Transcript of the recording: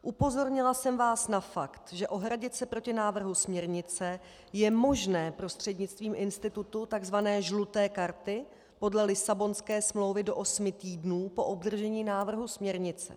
Upozornila jsem vás na fakt, že ohradit se proti návrhu směrnice je možné prostřednictvím institutu tzv. žluté karty podle Lisabonské smlouvy do osmi týdnů po obdržení návrhu směrnice.